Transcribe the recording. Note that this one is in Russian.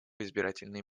избирательные